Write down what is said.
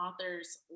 author's